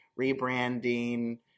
rebranding